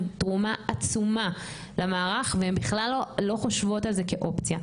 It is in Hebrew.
תרומה עצומה למערך והן בכלל לא חושבות על זה כאופציה,